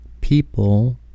people